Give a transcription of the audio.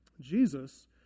Jesus